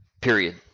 Period